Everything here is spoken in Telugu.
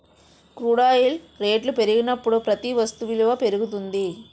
క్రూడ్ ఆయిల్ రేట్లు పెరిగినప్పుడు ప్రతి వస్తు విలువ పెరుగుతుంది